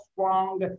strong